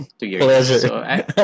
Pleasure